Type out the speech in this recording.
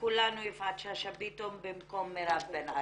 ויפעת שאשא ביטון במקום מירב בן ארי.